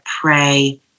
pray